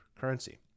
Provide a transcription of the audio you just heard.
currency